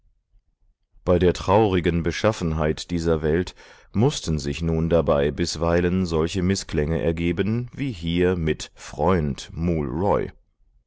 bei der traurigen beschaffenheit dieser welt mußten sich nun dabei bisweilen solche mißklänge ergeben wie hier mit freund mool